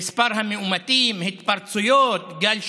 במספר המאומתים, התפרצויות, גל שני,